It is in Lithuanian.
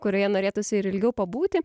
kurioje norėtųsi ir ilgiau pabūti